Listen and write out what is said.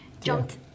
jumped